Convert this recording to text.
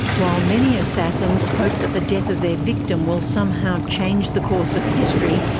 while many assassins hope that the death of their victim will somehow change the course of history,